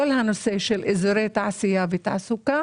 כל הנושא של אזורי תעשייה ותעסוקה